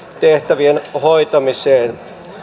tehtävien hoitamiseen